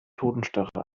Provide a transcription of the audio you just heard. totenstarre